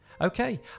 Okay